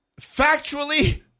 factually –